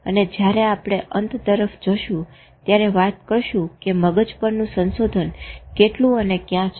અને જયારે આપણે અંત તરફ જશું ત્યારે વાત કરશું કે મગજ પરનું સંશોધન કેટલું અને ક્યાં છે